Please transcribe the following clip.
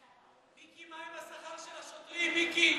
מיקי, מה עם השכר של השוטרים, מיקי?